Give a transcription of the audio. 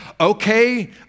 Okay